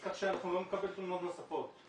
ככה אנחנו לא נקבל תלונות נוספות.